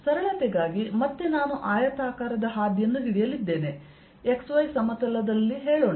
ಸರಳತೆಗಾಗಿ ಮತ್ತೆ ನಾನು ಆಯತಾಕಾರದ ಹಾದಿಯನ್ನು ಹಿಡಿಯಲಿದ್ದೇನೆ x y ಸಮತಲದಲ್ಲಿ ಹೇಳೋಣ